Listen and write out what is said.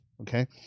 okay